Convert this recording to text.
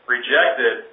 rejected